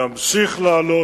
וימשיך לעלות,